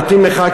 נותנים לך,